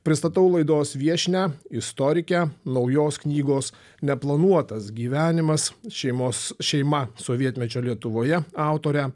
pristatau laidos viešnią istorikę naujos knygos neplanuotas gyvenimas šeimos šeima sovietmečio lietuvoje autorę